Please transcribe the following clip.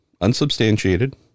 unsubstantiated